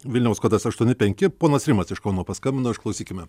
vilniaus kodas aštuoni penki ponas rimas iš kauno paskambino išklausykime